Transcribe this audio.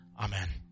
Amen